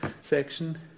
section